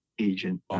agent